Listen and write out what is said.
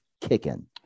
kicking